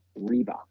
Reba